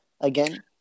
again